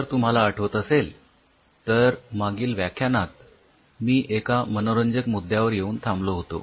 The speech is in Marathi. जर तुम्हाला आठवत असेल तर मागील व्याख्यानात मी एका मनोरंजक मुद्द्यावर येऊन थांबलो होतो